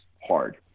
hard